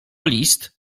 list